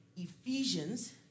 Ephesians